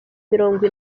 mirongo